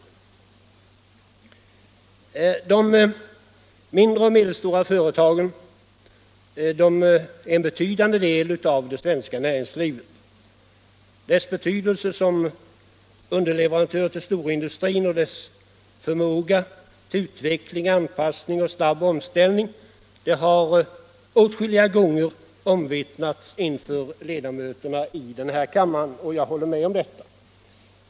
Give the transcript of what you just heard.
De mindre och medelstora företagen är en betydande del av det svenska näringslivet. Dess betydelse som underleverantör till storindustrin och dess förmåga till utveckling, anpassning och snabb omställning har åtskilliga gånger omvittnats inför ledamöterna i den här kammaren, och jag håller med om detta.